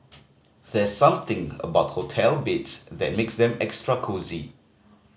there's something about hotel beds that makes them extra cosy